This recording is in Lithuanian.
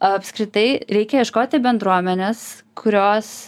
apskritai reikia ieškoti bendruomenės kurios